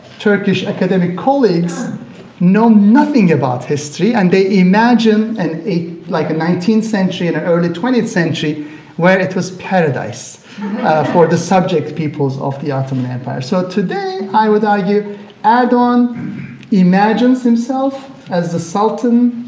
turkish academic colleagues know nothing about history and they imagine and like a nineteenth century and early twentieth century where it was paradise for the subject peoples of the ottoman empire, so today i would argue erdogan imagines himself as the sultan,